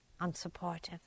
unsupportive